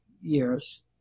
years